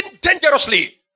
dangerously